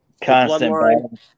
constant